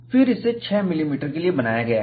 फिर इसे 6 मिलीमीटर के लिए बनाया गया है